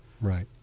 Right